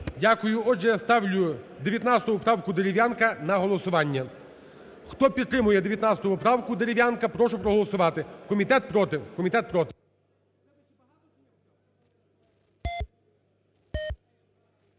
Дякую. Отже, я ставлю 19 поправу Дерев'янка на голосування. Хто підтримує 19 поправку Дерев'янка, прошу проголосувати, комітет проти,